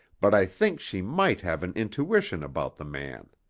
but i think she might have an intuition about the man.